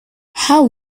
how